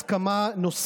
חברות וחברי כנסת נכבדים,